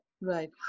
Right